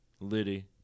Liddy